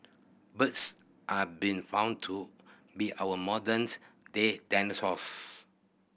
birds have been found to be our modern day dinosaurs